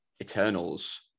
Eternals